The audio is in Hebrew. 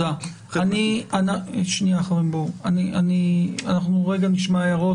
אנחנו נשמע הערות.